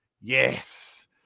yes